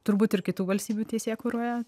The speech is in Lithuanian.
turbūt ir kitų valstybių teisėkūroje